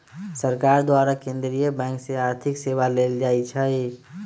सरकार द्वारा केंद्रीय बैंक से आर्थिक सेवा लेल जाइ छइ